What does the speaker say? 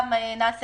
גם נעשה